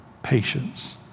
patience